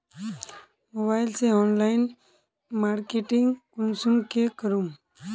Mobile से online marketing कुंसम के करूम?